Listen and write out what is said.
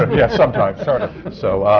yeah, sometimes. sort of. so,